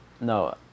no